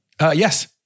Yes